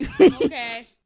okay